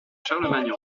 charlemagne